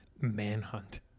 Manhunt